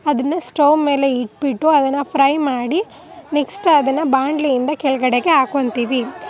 ಅದನ್ನು ಸ್ಟೌ ಮೇಲೆ ಇಟ್ಬಿಟ್ಟು ಅದನ್ನು ಫ್ರೈ ಮಾಡಿ ನೆಕ್ಸ್ಟ್ ಅದನ್ನು ಬಾಣಲಿಯಿಂದ ಕೆಳಗಡೆಗೆ ಹಾಕೊಳ್ತೀವಿ